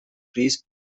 chris